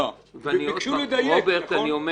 רוברט,